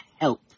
help